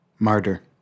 martyr